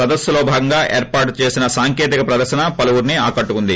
సదస్పులో భాగంగా ఏర్పాటు చేసిన సాంకేతిక ప్రదర్పన పలువురిని ఆకట్టుకుంది